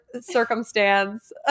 circumstance